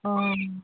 ꯑꯣ